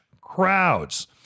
crowds